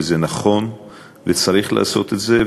וזה נכון וצריך לעשות את זה.